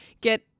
get